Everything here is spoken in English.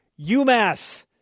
UMass